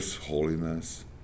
holiness